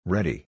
Ready